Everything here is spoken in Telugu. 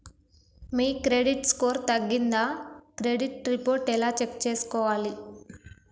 మీ క్రెడిట్ స్కోర్ తగ్గిందా క్రెడిట్ రిపోర్ట్ ఎలా చెక్ చేసుకోవాలి?